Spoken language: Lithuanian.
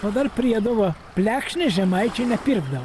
o dar priedo va plekšnės žemaičiai nepirkdav